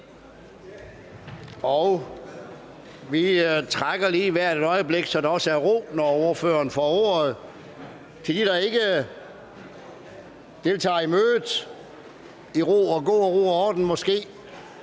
Vi trækker lige vejret et øjeblik, så der også er ro, når ordføreren får ordet. Kan de, der ikke deltager i mødet, måske i god ro og orden bevæge